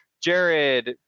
Jared